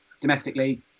domestically